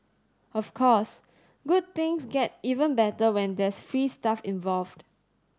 of course good things get even better when there is free stuff involved